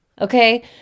okay